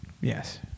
Yes